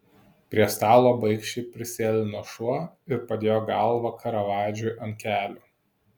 prie stalo baikščiai prisėlino šuo ir padėjo galvą karavadžui ant kelių